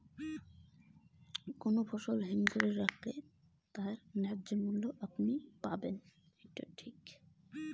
কোনো ফসল হিমঘর এ রাখলে পরে কি আমি তার ন্যায্য মূল্য পাব?